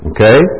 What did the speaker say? Okay